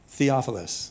Theophilus